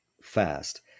fast